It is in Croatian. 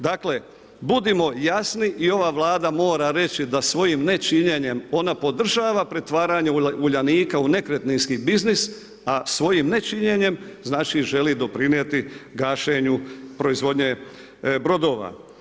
Dakle, budimo jasni i ova Vlada mora reći da svojim nečinjenjem ona podržava pretvaranje Uljanika u nekretninski biznis a svojim nečinjenjem znači želi doprinijeti gašenju proizvodnje brodova.